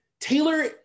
Taylor